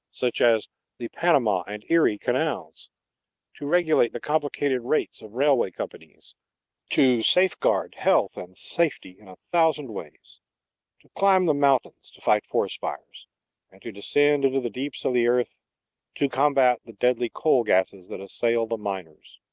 such as the panama and erie canals to regulate the complicated rates of railway companies to safeguard health and safety in a thousand ways to climb the mountains to fight forest fires and to descend into the deeps of the earth to combat the deadly coal gases that assail the miners.